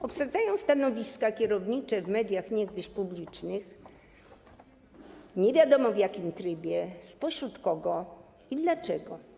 Obsadzają stanowiska kierownicze w mediach niegdyś publicznych nie wiadomo, w jakim trybie, spośród kogo i dlaczego.